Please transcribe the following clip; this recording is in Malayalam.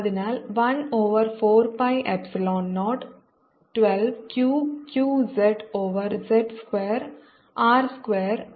അതിനാൽ 1 over 4 pi epsilon 0 12 Q q z over z square R സ്ക്വയറും റൈസ് ടു 3 ബൈ 2